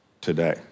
today